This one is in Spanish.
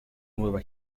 nueva